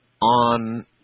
on